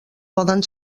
poden